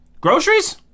Groceries